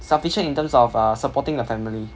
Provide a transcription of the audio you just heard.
sufficient in terms of a supporting the family